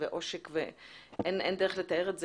לצורך העניין בדיוק כפי שתיארת,